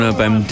beim